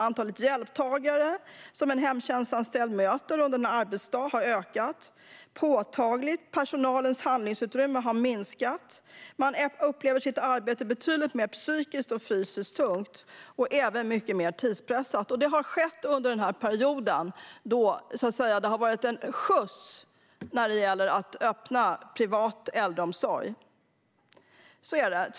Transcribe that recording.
Antalet hjälptagare som en hemtjänstanställd möter under en arbetsdag har ökat påtagligt. Personalens handlingsutrymme har minskat. Man upplever sitt arbete som betydligt mer psykiskt och fysiskt tungt och även mycket mer tidspressat. Detta har skett under den period då det så att säga har varit en skjuts när det gäller att öppna privat äldreomsorg. Så är det.